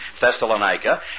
Thessalonica